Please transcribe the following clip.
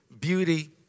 beauty